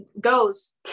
goes